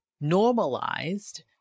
normalized